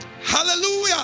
Hallelujah